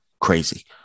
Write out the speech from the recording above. crazy